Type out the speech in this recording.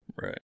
Right